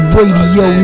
Radio